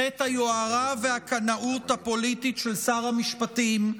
חטא היוהרה והקנאות הפוליטית של שר המשפטים,